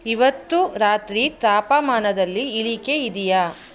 ಇವತ್ತು ರಾತ್ರಿ ತಾಪಮಾನದಲ್ಲಿ ಇಳಿಕೆ ಇದೆಯಾ